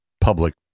public